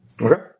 Okay